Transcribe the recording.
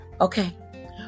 Okay